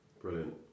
Brilliant